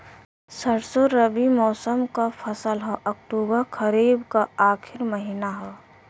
सरसो रबी मौसम क फसल हव अक्टूबर खरीफ क आखिर महीना हव